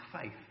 faith